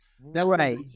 Right